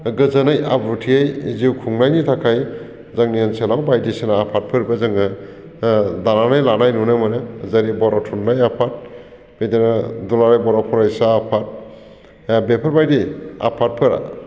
गोजोनै आब्रुथियै जिउ खुंनायनि थाखाय जोंनि ओनसोलाव बायदिसिना आफादफोरबो जोङो दानानै लानाय नुनो मोनो जेरै बर' थुनलाइ आफाद बिदिनो दुलाराय बर' फरायसा आफाद बेफोरबायदि आफादफोरा